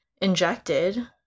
injected